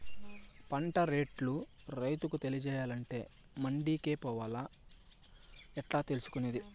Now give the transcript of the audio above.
పంట రేట్లు రైతుకు తెలియాలంటే మండి కే పోవాలా? ఎట్లా తెలుసుకొనేది?